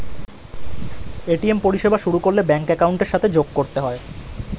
ATM পরিষেবা শুরু করলে ব্যাঙ্ক অ্যাকাউন্টের সাথে যোগ করতে হয়